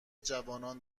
جوانان